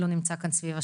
אתה במצב קשה,